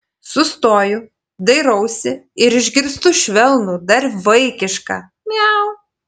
sustoju dairausi ir išgirstu švelnų dar vaikišką miau